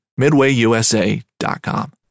MidwayUSA.com